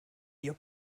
ihr